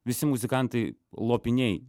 visi muzikantai lopiniai